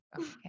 Okay